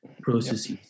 processes